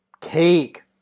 Cake